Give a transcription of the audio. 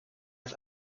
als